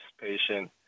patient